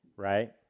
Right